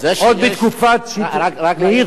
עוד בתקופת מאיר שטרית,